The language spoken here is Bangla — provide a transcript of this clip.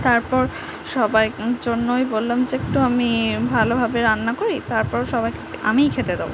তারপর সবাই জন্যই বললাম যে একটু আমি ভালোভাবে রান্না করি তারপর সবাইকে আমিই খেতে দেবো